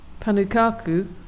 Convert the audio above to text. panukaku